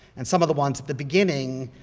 and some of the ones at the beginning,